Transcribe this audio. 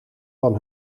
van